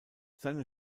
seine